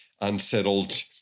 unsettled